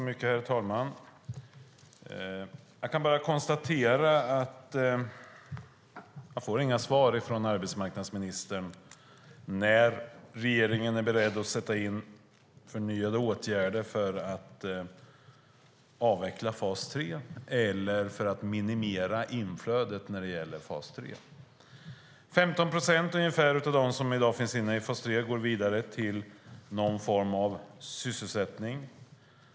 Herr talman! Jag kan bara konstatera att jag inte får några svar från arbetsmarknadsministern om när regeringen är beredd att sätta in förnyade åtgärder för att avveckla fas 3 eller för att minimera inflödet till fas 3. Ungefär 15 procent av dem som i dag finns inne i fas 3 går vidare till någon form av sysselsättning.